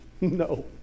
No